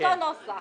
אותו נוסח,